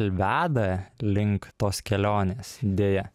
veda link tos kelionės deja